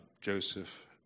Joseph